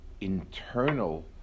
internal